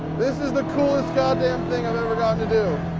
this is the coolest goddamn thing i've ever gotten to do.